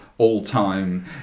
all-time